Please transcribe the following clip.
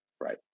Right